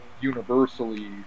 universally